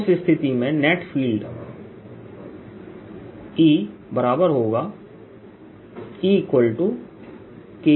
उस स्थिति में नेट फील्ड E बराबर होगा Ekσd